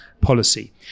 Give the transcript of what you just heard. policy